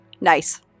Nice